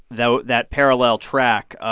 though, that parallel track, ah